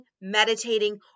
meditating